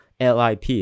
LIP